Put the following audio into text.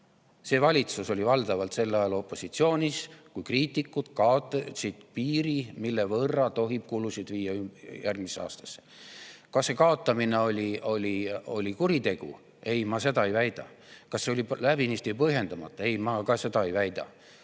valitsus oli sel ajal valdavalt opositsioonis, kui kriitikud kaotasid selle piiri, [kui palju] tohib kulusid viia järgmisse aastasse üle. Kas selle kaotamine oli kuritegu? Ei, ma seda ei väida. Kas see oli läbinisti põhjendamata? Ei, ma ka seda ei väida.